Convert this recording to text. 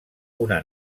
una